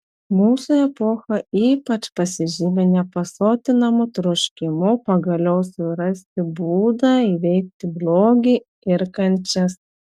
mūsų epocha ypač pasižymi nepasotinamu troškimu pagaliau surasti būdą įveikti blogį ir kančias